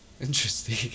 Interesting